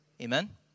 Amen